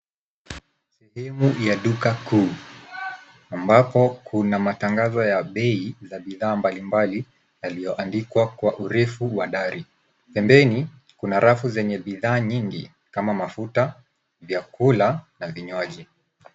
Sehemu ya duka kuu, ambapo kuna matangazo ya bei za bidhaa mbalimbali yiliyoandikwa kwa urefu wa dari. Pembeni kuna rafu za bidhaa nyingi kama mafuta, vyakula na vinywaji.